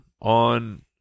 on